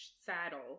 saddle